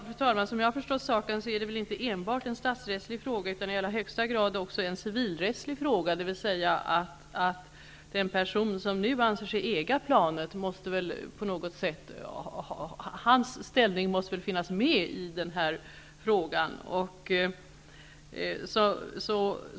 Fru talman! Som jag har förstått saken är det inte enbart en statsrättslig fråga utan i allra högsta grad också en civilrättslig fråga; ställningen för den person som nu anser sig äga planet måste finnas med i den här frågan.